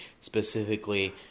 specifically